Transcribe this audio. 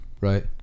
Right